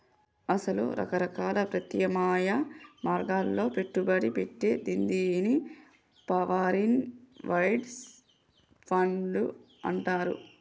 అసలు రకరకాల ప్రత్యామ్నాయ మార్గాల్లో పెట్టుబడి పెట్టే నిధిని సావరిన్ వెల్డ్ ఫండ్లు అంటారు